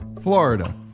Florida